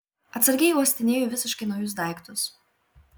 atsargiai uostinėju visiškai naujus daiktus